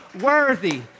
worthy